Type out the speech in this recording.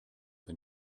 que